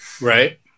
Right